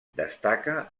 destaca